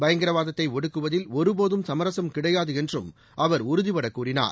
பயங்கரவாதத்தை ஒடுக்குவதில் ஒருபோதும் சமரசம் கிடையாது என்றும் அவர் உறுதிபடக் கூறினார்